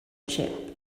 chip